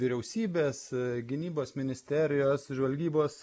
vyriausybės gynybos ministerijos žvalgybos